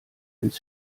ins